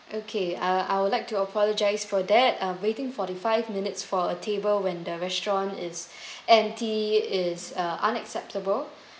okay uh I would like to apologise for that uh waiting forty-five minutes for a table when the restaurant is empty is uh unacceptable